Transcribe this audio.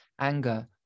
anger